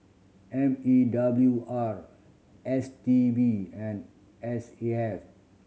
M E W R S T B and S A F